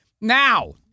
Now